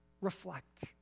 reflect